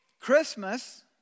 Christmas